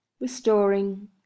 restoring